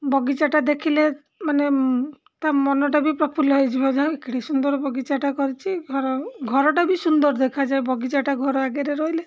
ବଗିଚାଟା ଦେଖିଲେ ମାନେ ତା' ମନଟା ବି ପ୍ରଫୁଲ୍ଲ ହେଇଯିବ ଯାହାହେଉ କେଡ଼େ ସୁନ୍ଦର ବଗିଚାଟା କରିଛି ଘର ଘରଟା ବି ସୁନ୍ଦର ଦେଖାଯାଏ ବଗିଚାଟା ଘର ଆଗରେ ରହିଲେ